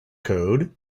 code